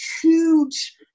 huge